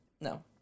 no